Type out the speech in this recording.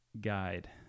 guide